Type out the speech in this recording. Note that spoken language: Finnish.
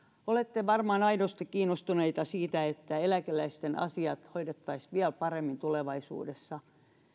olette varmaan aidosti kiinnostuneita siitä että eläkeläisten asiat hoidettaisiin vielä paremmin tulevaisuudessa